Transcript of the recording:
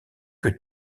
que